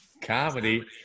comedy